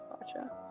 gotcha